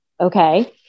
Okay